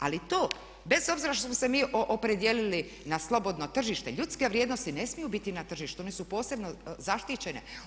Ali to bez obzira što smo se mi opredijelili na slobodno tržište ljudske vrijednosti ne smiju biti na tržištu one su posebno zaštićene.